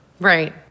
Right